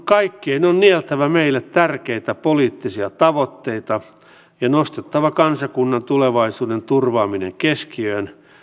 kaikkien on nieltävä meille tärkeitä poliittisia tavoitteita ja nostettava kansakunnan tulevaisuuden turvaaminen keskiöön